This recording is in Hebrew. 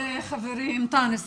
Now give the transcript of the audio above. אחד, חברי אנטאנס.